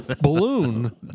balloon